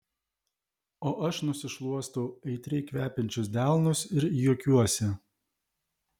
o aš nusišluostau aitriai kvepiančius delnus ir juokiuosi